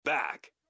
Back